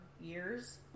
years